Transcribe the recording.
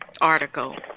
article